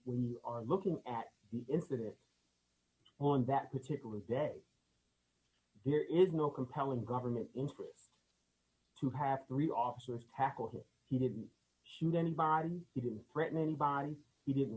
when you are looking at the incident on that particular day there is no compelling government interest to have three officers tackle him he didn't shoot them in biden didn't threaten anybody he didn't